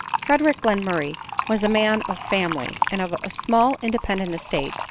frederic glenmurray was a man of family, and of a small independent estate,